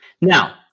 Now